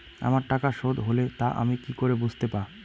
আমার টাকা শোধ হলে তা আমি কি করে বুঝতে পা?